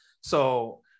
So-